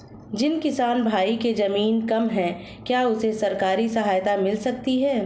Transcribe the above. जिस किसान भाई के ज़मीन कम है क्या उसे सरकारी सहायता मिल सकती है?